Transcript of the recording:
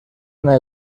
una